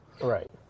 Right